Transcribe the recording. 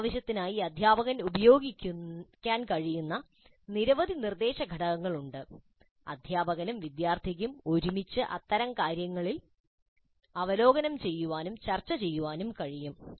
ഈ ആവശ്യത്തിനായി അധ്യാപകന് ഉപയോഗിക്കാൻ കഴിയുന്ന നിരവധി നിർദ്ദേശഘടകങ്ങൾ ഉണ്ട് അധ്യാപകനും വിദ്യാർത്ഥിക്കും ഒരുമിച്ച് അത്തരം കാര്യങ്ങൾ അവലോകനം ചെയ്യാനും ചർച്ച ചെയ്യാനും കഴിയും